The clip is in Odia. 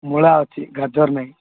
ମୂଳା ଅଛି ଗାଜର ନାହିଁ